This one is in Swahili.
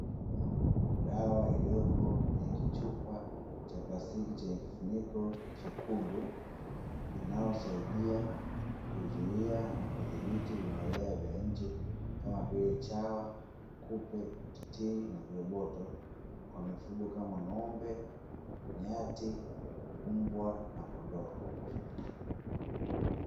Dawa iliyopo kwenye kichupa cha plastiki chenye kifuniko chekundu inayosaidia kuzuia na kuthibiti vimelea vya nje. kama vile chawa, kupe, utitiri na viroboto kwa mifugo kama ng'ombe, nyati, mbwa na kondoo.